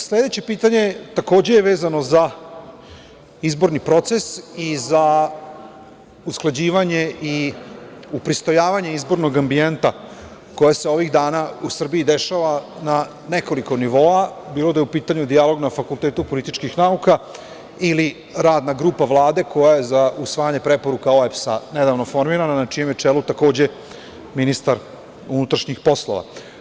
Sledeće pitanje je, takođe, vezano za izborni proces i za usklađivanje i upristojavanje izbornog ambijenta koje se ovih dana u Srbiji dešava na nekoliko nivoa, bilo da je u pitanju dijalog na Fakultetu političkih nauka ili radna grupa Vlade koja za usvajanje preporuka OEBS nedavno formirana, a na čijem je čelu, takođe, ministar unutrašnjih poslova.